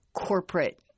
corporate